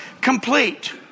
complete